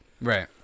Right